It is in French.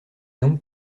donc